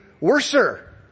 worser